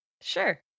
Sure